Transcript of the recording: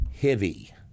heavy